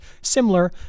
similar